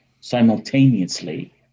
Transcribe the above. simultaneously